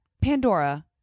pandora